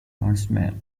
huntsman